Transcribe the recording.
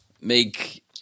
make